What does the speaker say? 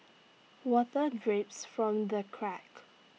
water drips from the cracks